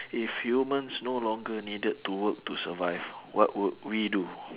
if humans no longer needed to work to survive what would we do